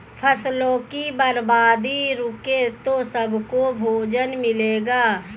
फसलों की बर्बादी रुके तो सबको भोजन मिलेगा